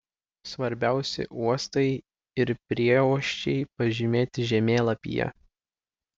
svarbiausi uostai ir prieuosčiai pažymėti žemėlapyje